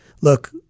Look